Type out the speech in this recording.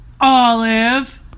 Olive